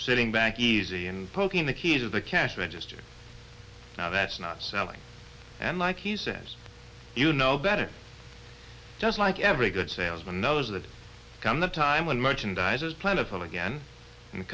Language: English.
sitting back easy and poking the keys of the cash register now that's not selling and like he says you know better just like every good salesman knows that come the time when merchandisers plentiful again and